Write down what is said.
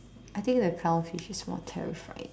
I think the clownfish is more terrifying